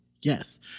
Yes